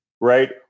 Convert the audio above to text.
right